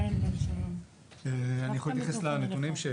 אני יכול להתייחס לנתונים.